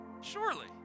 surely